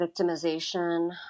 victimization